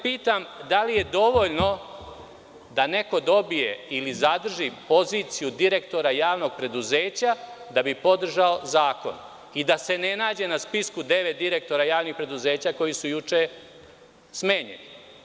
Pitam – da li je dovoljno da neko dobije ili zadrži poziciju direktora javnog preduzeća da bi podržao zakon i da se ne nađe na spisku devet direktora javnih preduzeća koji su juče smenjeni?